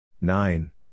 nine